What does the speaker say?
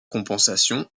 compensation